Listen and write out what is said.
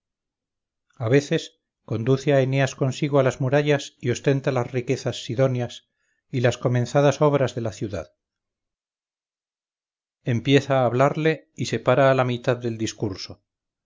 a veces conduce a eneas consigo a las murallas y ostenta las riquezas sidonias y las comenzadas obras de la ciudad empieza a hablarle y separa a la mitad del discurso